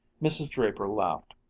mrs. draper laughed.